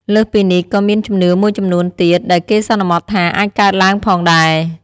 លើសពីនេះក៏មានជំនឿមួយចំនួនទៀត ដែលគេសន្មតថាអាចកើតឡើងផងដែរ។